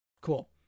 Cool